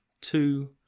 two